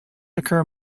occur